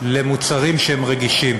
למוצרים שהם רגישים.